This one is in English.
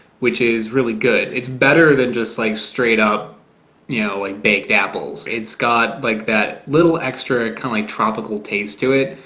which is really good. it's better than just like straight up, you know, like baked apples it's got like that little extra kind of like tropical taste to it,